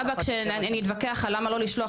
להבא כשאני אתווכח על למה לא לשלוח